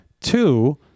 Two